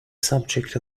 subject